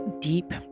deep